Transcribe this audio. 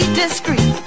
discreet